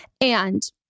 And-